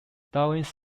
dawkins